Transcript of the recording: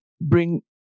bring